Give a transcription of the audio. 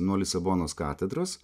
nuo lisabonos katedros